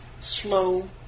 slow